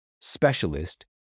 specialist